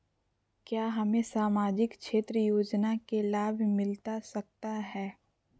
क्या हमें सामाजिक क्षेत्र योजना के लाभ मिलता सकता है?